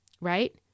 right